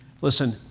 Listen